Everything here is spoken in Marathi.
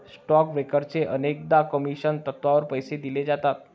स्टॉक ब्रोकर्सना अनेकदा कमिशन तत्त्वावर पैसे दिले जातात